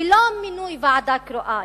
ולא מינוי ועדה קרואה.